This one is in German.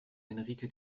henrike